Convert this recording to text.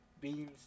beans